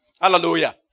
Hallelujah